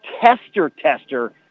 tester-tester